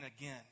again